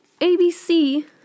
ABC